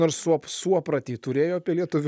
ar suo suopratį turėjo apie lietuvių